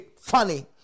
funny